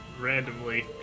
randomly